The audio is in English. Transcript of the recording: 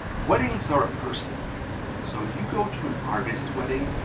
weddings are a personal thing so if you go to an artist wedding,